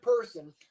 person